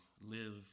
live